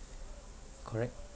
correct